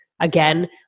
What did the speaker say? again